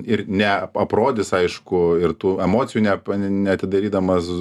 ir neaprodys aišku ir tų emocijų neap neatidarydamas